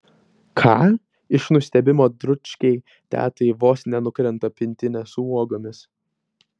ką iš nustebimo dručkei tetai vos nenukrenta pintinė su uogomis